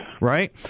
right